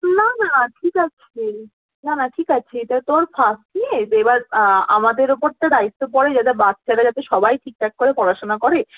না না ঠিক আছে না না ঠিক আছে এটা তো ওর ফার্স্ট ইয়ে এবার আমাদের ওপর তো দায়িত্ব পড়ে যাতে বাচ্চারা যাতে সবাই ঠিকঠাক করে পড়াশোনা করে